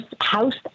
house